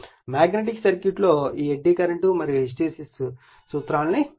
magnetic సర్క్యూట్లో ఈ eddy current మరియు హిస్టెరిసిస్ ఆ సూత్రాలను ఇచ్చాను